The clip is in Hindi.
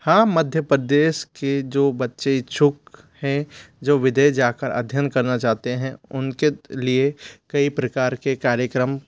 हाँ मध्य प्रदेश के जो बच्चे इच्छुक है जो विदेश जाकर अध्ययन करना चाहते है उनके लिए कई प्रकार के कार्यक्रम